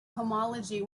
homology